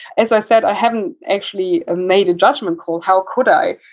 as i said, i haven't actually made a judgment call. how could i?